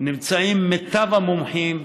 נמצאים מיטב המומחים,